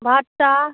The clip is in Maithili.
भट्टा